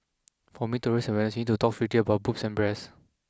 for me to raise awareness you need to talk freely about boobs and breasts